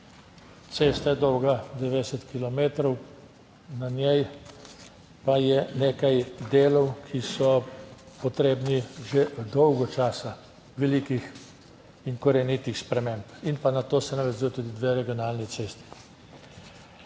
Cesta je dolga 90 kilometrov, na njej pa je nekaj delov, ki so potrebni že dolgo časa, velikih in korenitih sprememb in pa na to se navezujeta tudi dve regionalni cesti.